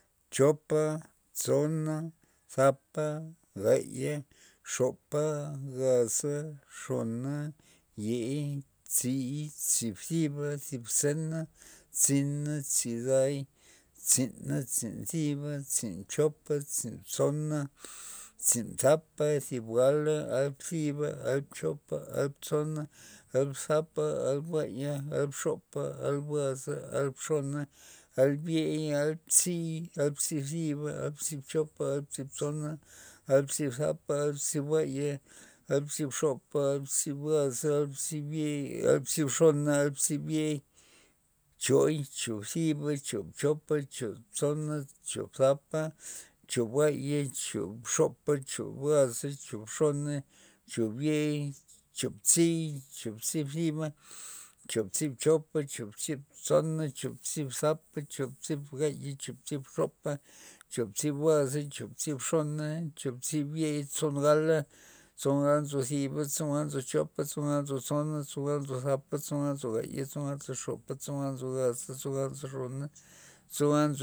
Chopa tsona thapa gaya xopa gaza xona yei tzi tzi thiba thib zena tzin tzida tzin'a tzin thiba tzin chopa tzin tsona tzin thapa thib gala gal thiba gal chopa gal tsona gal thapa gal buaya gal xopa gal bgaza gal xona gal ye gal tzii gal tzii thiba gal tzii chopa gal tzii tsona gal tzii thap a gal tzii bgay gal tzii xopa gal tzii bgaza gal tzii ye gal tzii xona gal tzii ye choo chops- choo thiba chop chopa choo tsona choo thapa choo bgaya choo xopa choo bgaza choo xona choo yeia choo tziia choop tzii tziba choop tzii chopa choop tzii tsona choop tzii thapa choop tzii gaya choop tzii xopa choop tzii gaza choop tzii yeia choop tzii xon tson gala tson gala nzo thiba tson gala nzo chopa tson gala nzo thapa tson gala nzo tsona tson gala nzo gaya tson gala nzo xopa tson gala nzo gaza tson gala nzo xona tson gala nzo